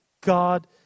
God